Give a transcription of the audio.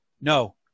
No